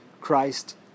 Christ